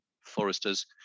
Foresters